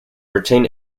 retain